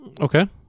Okay